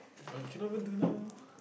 or you can't even do now